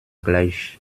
gleich